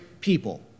people